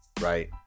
right